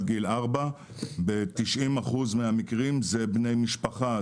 גיל ארבע ב-90% מהמקרים זה בני משפחה.